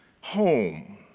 home